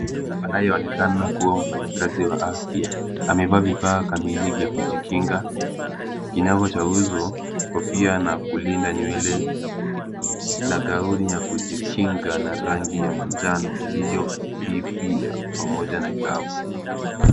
Mtu anayeonekana kuwa mfanyakazi wa afya amevaa vifaa kamili vya kujikinga, kinyago cha uso, kofia na kulinda nywele na gauni ya kujikinga na rangi ya manjano iliyofifia pamoja na glavu.